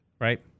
right